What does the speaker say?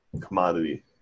commodity